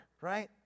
right